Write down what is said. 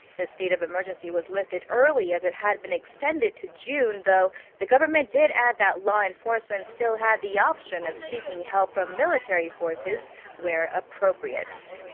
the state of emergency was lifted early, as it had been extended to june. though the government did add that law enforcement still had the option of seeking help from military forces where appropriate.